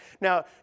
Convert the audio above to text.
Now